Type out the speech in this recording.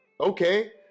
Okay